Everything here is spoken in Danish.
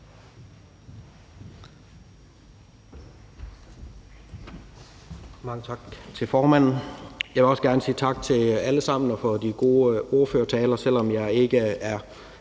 Mange tak til formanden. Jeg vil også gerne sige tak til alle sammen for de gode ordførertaler, selv om jeg ikke er